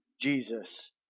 Jesus